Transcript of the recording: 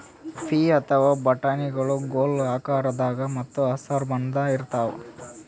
ಪೀ ಅಥವಾ ಬಟಾಣಿಗೊಳ್ ಗೋಲ್ ಆಕಾರದಾಗ ಮತ್ತ್ ಹಸರ್ ಬಣ್ಣದ್ ಇರ್ತಾವ